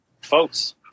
folks